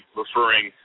referring